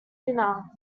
dinner